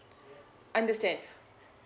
understand